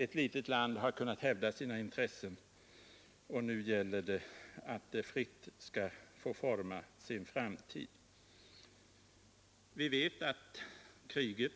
Ett litet land har kunnat hävda sina intressen, och nu gäller det att detta land fritt skall få forma sin framtid. Vi vet att kriget